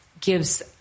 gives